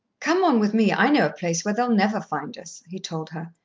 come on with me i know a place where they'll never find us, he told her,